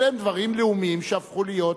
אלה הם דברים לאומיים שהפכו להיות